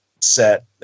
set